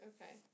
Okay